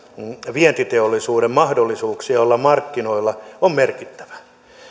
vientiteollisuuden mahdollisuuksia olla markkinoilla on merkittävä